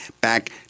back